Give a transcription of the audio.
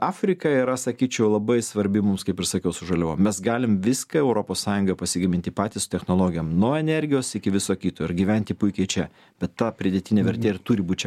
afrika yra sakyčiau labai svarbi mums kaip ir sakiau su žaliavom mes galim viską europos sąjungoj pasigaminti patys su technologijom nuo energijos iki viso kito ir gyventi puikiai čia bet ta pridėtinė vertė ir turi būt čia